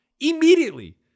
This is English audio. immediately